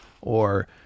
or-